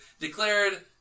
declared